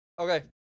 Okay